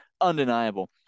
undeniable